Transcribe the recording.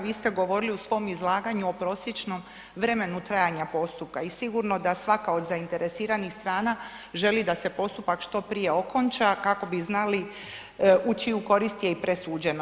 Vi ste govorili u svom izlaganju o prosječnom vremenu trajanja postupka i sigurno da svaka od zainteresiranih strana želi da se postupak što prije okonča kako bi znali u čiju korist je i presuđeno.